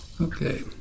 okay